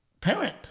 parent